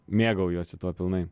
mėgaujuosi tuo pilnai